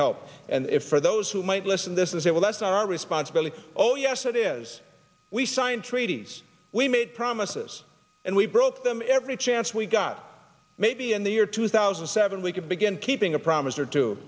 help and if for those who might listen this is a well that's our responsibility oh yes it is we signed treaties we made promises and we broke them every chance we got maybe in the year two thousand and seven we could begin keeping a promise or t